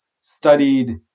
studied